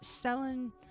selling